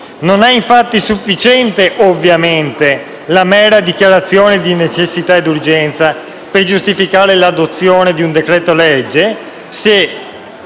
non è infatti sufficiente la mera dichiarazione di necessità ed urgenza per giustificare l'adozione di un decreto-legge